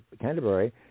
Canterbury